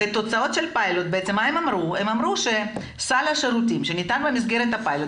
תוצאות הפיילוט אמרו שסל השירותים שניתן במסגרת הפיילוט